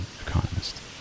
economist